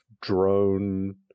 drone